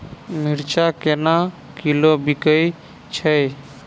मिर्चा केना किलो बिकइ छैय?